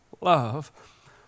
love